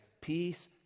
peace